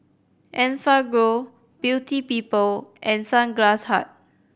Enfagrow Beauty People and Sunglass Hut